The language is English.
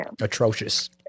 atrocious